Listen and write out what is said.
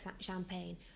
champagne